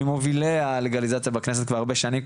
ממובילי הלגליזציה בכנסת כבר הרבה שנים,